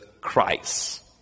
Christ